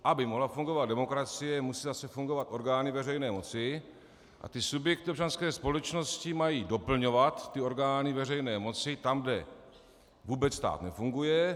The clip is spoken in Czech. Aby mohla fungovat demokracie, musí zase fungovat orgány veřejné moci a ta subjekty občanské společnosti mají doplňovat orgány veřejné moci tam, kde vůbec stát nefunguje.